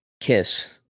kiss